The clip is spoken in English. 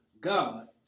God